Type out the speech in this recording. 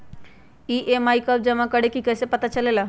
EMI कव जमा करेके हई कैसे पता चलेला?